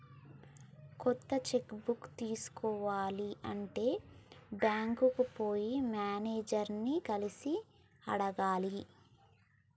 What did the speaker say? కొత్త cheque book తీసుకోవాలి అంటే బ్యాంకుకు పోయి మేనేజర్ ని కలిసి అడగాలి